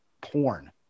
porn